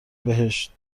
بهشت